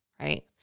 Right